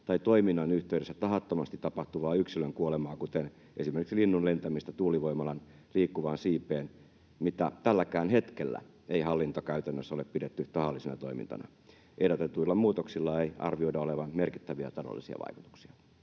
tai toiminnan yhteydessä tahattomasti tapahtuvaa yksilön kuolemaa, kuten esimerkiksi linnun lentämistä tuulivoimalan liikkuvaan siipeen, mitä tälläkään hetkellä ei hallintokäytännössä ole pidetty tahallisena toimintana. Ehdotetuilla muutoksilla ei arvioida olevan merkittäviä taloudellisia vaikutuksia”.